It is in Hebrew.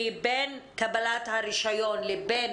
כי בין קבלת הרישיון לבין